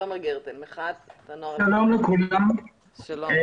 שלום לכולם,